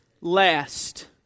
last